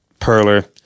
Perler